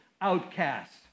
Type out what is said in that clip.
outcasts